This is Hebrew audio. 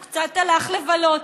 הוא קצת הלך לבלות.